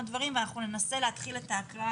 דברים ואנחנו ננסה להתחיל את ההקראה,